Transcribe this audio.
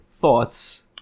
thoughts